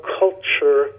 culture